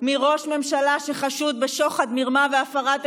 להתנער מהדברים של חבר הכנסת לשעבר רז,